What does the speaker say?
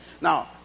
Now